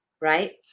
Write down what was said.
right